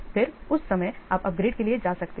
फिर उस समय आप अपग्रेड के लिए जा सकते हैं